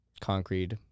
concrete